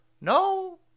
No